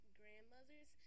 grandmothers